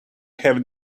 have